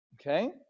Okay